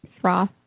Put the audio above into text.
froth